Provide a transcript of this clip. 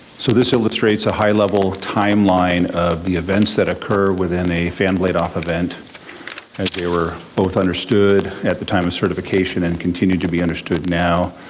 so this illustrates a high level timeline of the events that occur within a fan blade off event as they were both understood at the time of certification and continue to be understood now.